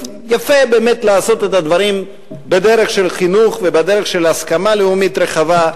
יפה באמת לעשות את הדברים בדרך של חינוך ובדרך של הסכמה לאומית רחבה,